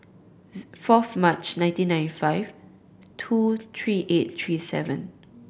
fourth March nineteen ninety five two three eight three seven